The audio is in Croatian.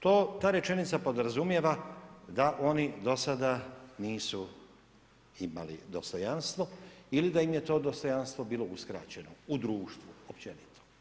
Ta rečenica podrazumijeva da oni do sada nisu imali dostojanstvo ili da im je to dostojanstvo bilo uskraćeno u društvu općenito.